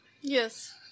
Yes